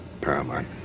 paramount